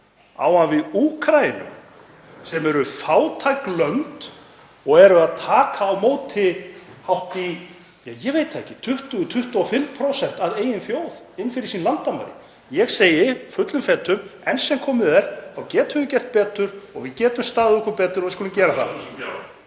á hann við Úkraínu, sem eru fátæk lönd og eru að taka á móti hátt í, ég veit það ekki, 20–25% af eigin þjóð inn fyrir sín landamæri? Ég segi fullum fetum að enn sem komið er getum við gert betur og við getum staðið okkur betur og við skulum gera það.